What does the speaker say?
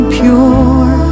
pure